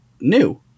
new